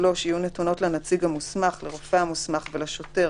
"או חוזר המצוי בבידוד אשר הפר הוראת שוטר